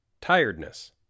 Tiredness